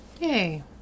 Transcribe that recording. Yay